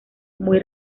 muy